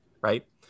right